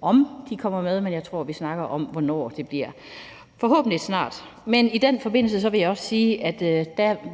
om de kommer med, men jeg tror, vi snakker om, hvornår det bliver – forhåbentlig snart. Men i den forbindelse vil jeg også sige, at